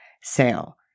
sale